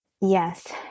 Yes